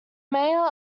mayor